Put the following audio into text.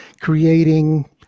creating